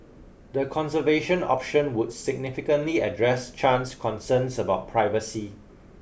the conservation option would significantly address Chan's concerns about privacy